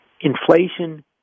inflation